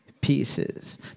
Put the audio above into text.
pieces